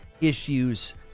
issues